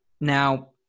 Now